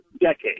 decades